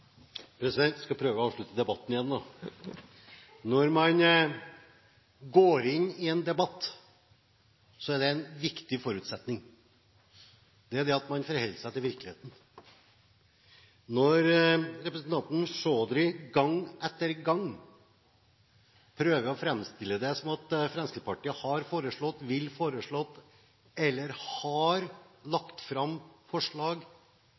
sal. Jeg skal prøve å avslutte debatten igjen. Når man går inn i en debatt, er det én viktig forutsetning. Det er det at man forholder seg til virkeligheten. Når representanten Chaudhry gang etter gang prøver å framstille det som om Fremskrittspartiet har foreslått, vil foreslå eller har